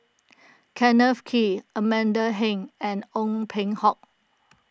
Kenneth Kee Amanda Heng and Ong Peng Hock